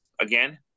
again